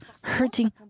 hurting